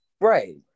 Right